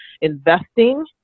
investing